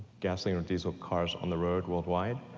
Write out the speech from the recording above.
gasoline or diesel cars on the road worldwide.